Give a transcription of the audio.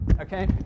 Okay